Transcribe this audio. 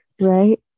Right